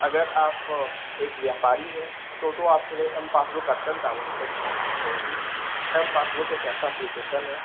अगर आप एक व्यापारी हैं तो तो आपके लिए एम पासबुक अत्यन्त आवश्यक है क्योंकि एम पासबुक एक ऐसा एप्लीकेशन है